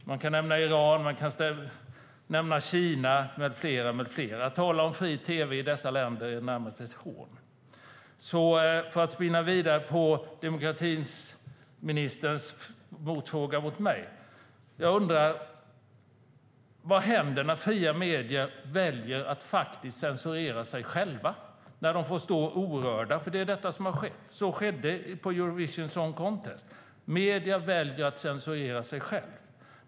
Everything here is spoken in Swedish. Man kan nämna Iran, Kina med flera. Att tala om fri tv i dessa länder är närmast ett hån. För att spinna vidare på demokratiministerns motfråga till mig undrar jag: Vad händer när fria medier väljer att faktiskt censurera sig själva när de får stå orörda, eftersom det är detta som har skett? Det skedde på Eurovision Song Contest . Medierna väljer att censurera sig själva.